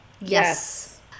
Yes